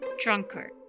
drunkard